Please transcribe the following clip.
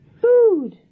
Food